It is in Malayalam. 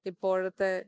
ഇപ്പോഴത്തെ